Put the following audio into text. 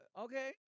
Okay